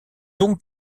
donc